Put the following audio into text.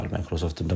Microsoft